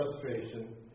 frustration